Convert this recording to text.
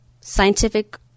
scientific